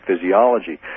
physiology